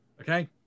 Okay